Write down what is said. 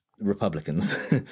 Republicans